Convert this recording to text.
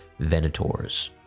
Venators